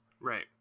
Right